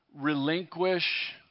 relinquish